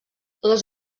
les